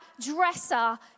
dresser